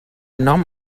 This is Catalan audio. nom